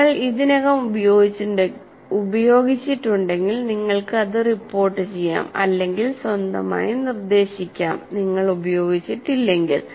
നിങ്ങൾ ഇതിനകം ഉപയോഗിച്ചിട്ടുണ്ടെങ്കിൽ നിങ്ങൾക്ക് അത് റിപ്പോർട്ടുചെയ്യാം അല്ലെങ്കിൽ സ്വന്തമായി നിർദേശിക്കാം നിങ്ങൾ ഉപയോഗിച്ചിട്ടില്ലെങ്കിൽ